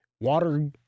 water